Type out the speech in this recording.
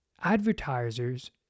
advertisers